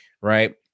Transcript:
Right